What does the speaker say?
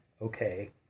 okay